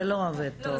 זה לא עובד טוב.